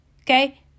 Okay